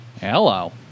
Hello